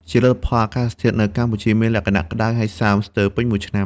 ជាលទ្ធផល អាកាសធាតុនៅកម្ពុជាមានលក្ខណៈក្តៅហើយសើមស្ទើរពេញមួយឆ្នាំ។